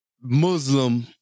Muslim